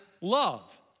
Love